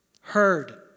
Heard